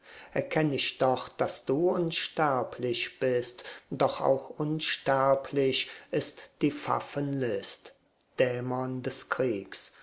erkenn ich doch daß du unsterblich bist doch auch unsterblich ist die pfaffenlist dämon des kriegs